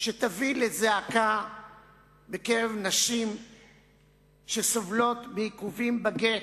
שתביא לזעקה בקרב נשים שסובלות מעיכובים בגט.